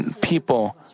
people